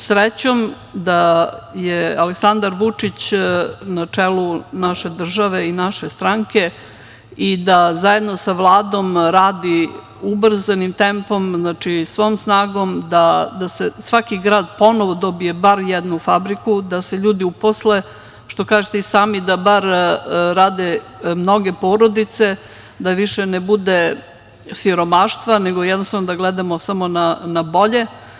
Srećom da je Aleksandar Vučić na čelu naše države i naše stranke i da zajedno sa Vladom radi ubrzanim tempom, svom snagom da svaki grad ponovo dobije bar jednu fabriku, da se ljudi uposle, što kažete i sami, da bar rade mnoge porodice, da više ne bude siromaštva, nego jednostavno da gledamo samo na bolje.